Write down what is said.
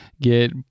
get